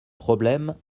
problèmes